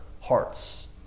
hearts